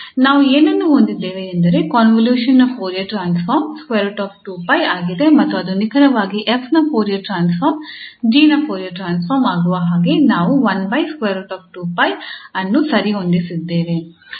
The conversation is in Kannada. ಆದ್ದರಿಂದ ನಾವು ಏನನ್ನು ಹೊಂದಿದ್ದೆವೆ ಎಂದರೆ ಕಾಂವೊಲ್ಯೂಷನ್ ನ ಫೋರಿಯರ್ ಟ್ರಾನ್ಸ್ಫಾರ್ಮ್ √2𝜋 ಆಗಿದೆ ಮತ್ತು ಅದು ನಿಖರವಾಗಿ 𝑓 ನ ಫೋರಿಯರ್ ಟ್ರಾನ್ಸ್ಫಾರ್ಮ್ 𝑔 ನ ಫೋರಿಯರ್ ಟ್ರಾನ್ಸ್ಫಾರ್ಮ್ ಆಗುವ ಹಾಗೆ ನಾವು ಅನ್ನು ಸರಿಹೊಂದಿಸಿದ್ದೇವೆ